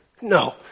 No